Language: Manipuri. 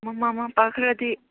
ꯃꯃꯥ ꯃꯄꯥ ꯈꯔꯗꯤ